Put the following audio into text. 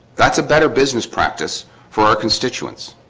that's a better business practice for our constituents